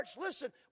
Listen